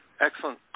Excellent